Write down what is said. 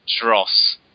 dross